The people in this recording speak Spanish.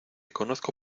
conozco